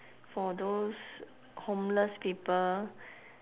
for those homeless people